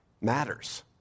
matters